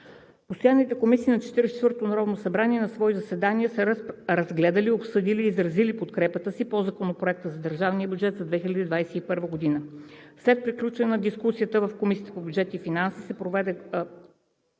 Постоянните комисии на 44-тото народно събрание на свои заседания са разгледали, обсъдили и изразили подкрепата си по Законопроекта за държавния бюджет на Република България за 2021 г. След приключване на дискусията в Комисията по бюджет и финанси се проведе